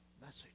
message